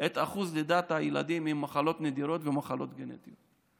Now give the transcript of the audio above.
את אחוז לידת הילדים עם המחלות הנדירות והמחלות הגנטיות.